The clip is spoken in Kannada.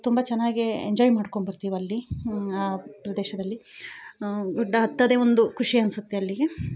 ತುಂಬ ಚೆನ್ನಾಗಿ ಎಂಜಾಯ್ ಮಾಡ್ಕೊಂಡ್ಬರ್ತೀವಿ ಅಲ್ಲಿ ಆ ಪ್ರದೇಶದಲ್ಲಿ ಗುಡ್ಡ ಹತ್ತೋದೇ ಒಂದು ಖುಷಿ ಅನಿಸುತ್ತೆ ಅಲ್ಲಿಗೆ